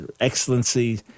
excellency